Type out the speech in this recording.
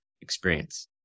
experience